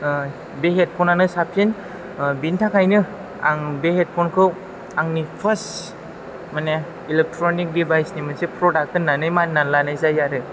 बे हेदफनानो साबसिन बेनि थाखायनो आङो बे हेदफनखौ आंनि फार्स माने एलेकथ्रनिक दिबाइसनि मोनसे प्रदाक होन्नानै मानिनानै लानाय जायो आरो